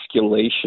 escalation